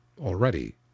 already